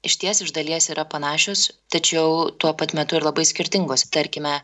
išties iš dalies yra panašios tačiau tuo pat metu ir labai skirtingos tarkime